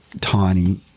tiny